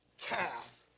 calf